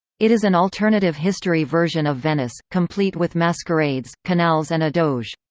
it is an alternative-history version of venice, complete with masquerades, canals and a doge.